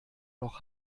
noch